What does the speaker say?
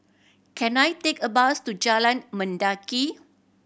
can I take a bus to Jalan Mendaki